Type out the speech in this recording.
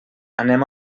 anem